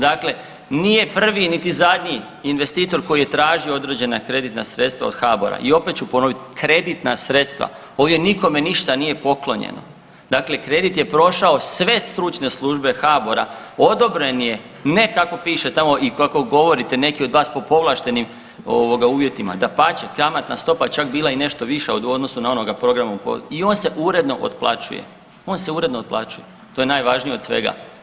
Dakle, nije niti prvi niti zadnji investitor koji je tražio određena kreditna sredstva od HBOR-a i opet ću ponovit, kreditna sredstva. ovdje nikome ništa nije poklonjeno, dakle kredit je prošao sve stručne službe HBOR-a odobren je ne kako piše tamo i kako govorite neki od vas po povlaštenim uvjetima, dapače, kamatna stopa čak je bila i nešto viša u odnosu na onoga … i on se uredno otplaćuje, on se uredno otplaćuje to je najvažnije od svega.